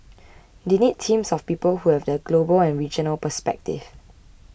they need teams of people who have the global and regional perspective